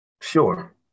Sure